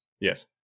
Yes